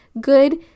good